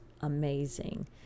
amazing